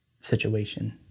situation